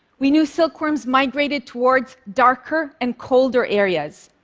we knew silkworms migrated toward darker and colder areas,